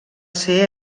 ser